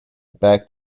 back